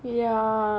ya